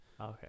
Okay